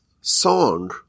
song